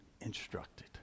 instructed